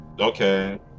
Okay